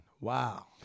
Wow